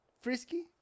frisky